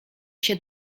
się